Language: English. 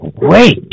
wait